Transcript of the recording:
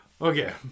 Okay